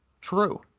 true